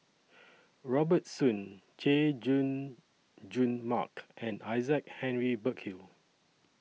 Robert Soon Chay Jung Jun Mark and Isaac Henry Burkill